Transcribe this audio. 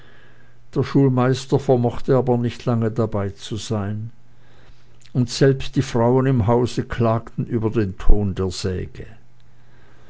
der schulmeister vermochte aber nicht lange dabeizusein und selbst die frauen im hause klagten über den ton der säge